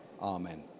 Amen